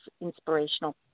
inspirational